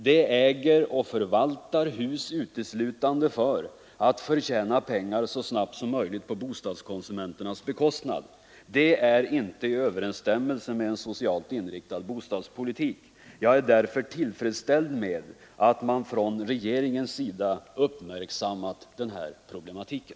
De äger och förvaltar hus Torsdagen den uteslutande för att förtjäna pengar så snabbt som möjligt på bostadskon 25 april 1974 sumenternas bekostnad. Det är inte i överensstämmelse med en socialt inriktad bostadspolitik. Jag är därför tillfredsställd med att man från regeringens sida uppmärksammat den här problematiken.